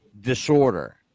disorder